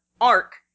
arc